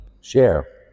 share